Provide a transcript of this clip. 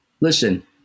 Listen